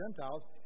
Gentiles